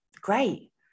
great